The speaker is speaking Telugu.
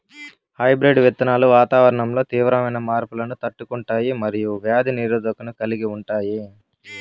హైబ్రిడ్ విత్తనాలు వాతావరణంలో తీవ్రమైన మార్పులను తట్టుకుంటాయి మరియు వ్యాధి నిరోధకతను కలిగి ఉంటాయి